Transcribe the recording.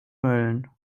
mölln